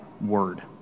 word